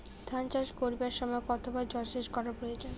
ধান চাষ করিবার সময় কতবার জলসেচ করা প্রয়োজন?